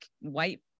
white